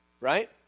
right